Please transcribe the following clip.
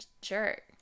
jerk